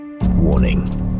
Warning